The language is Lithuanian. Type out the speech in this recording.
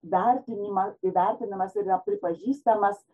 vertinima įvertinimas yra pripažįstamas